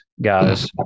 guys